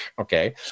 okay